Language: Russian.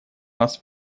нас